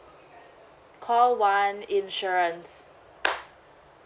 call one insurance